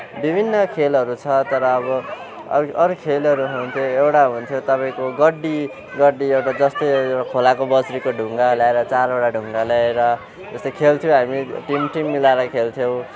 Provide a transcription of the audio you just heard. विभिन्न खेलहरू छ तर अब अरू अरू खेलहरू हुन्थ्यो एउटा हुन्थ्यो तपाईँको गड्डी गड्डी एउटा जस्तै खोलाको बजरीको ढुङ्गाहरू ल्याएर चारवटा ढुङ्गा ल्याएर त्यस्तै खेल्थ्यौँ हामी टिम टिम मिलाएर खेल्थ्यौँ